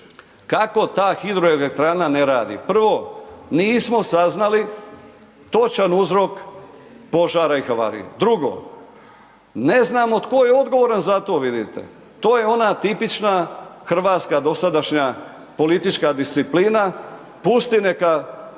kako ta hidroelektrana ne radi. Prvo nismo saznali, točan uzrok požara i havarije. Drugo, ne znamo tko je odgovoran za to, vidite. To je ona tipična hrvatska dosadašnja politička disciplina, pusti neka